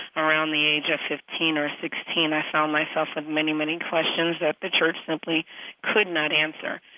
around the age of fifteen or sixteen, i found myself with many, many questions that the church simply could not answer.